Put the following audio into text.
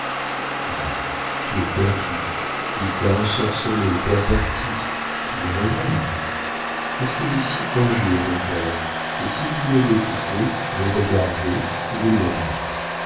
ah tu es perdue il t'a ensorcelée pervertie tu déraisonnes restez ici un jour mon père et si vous voulez l'écouter le regarder vous l'aimerez